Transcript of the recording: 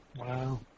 Wow